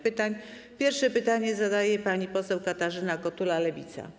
Pierwsze pytanie zadaje pani poseł Katarzyna Kotula, Lewica.